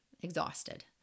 exhausted